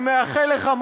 אני מאחל לך,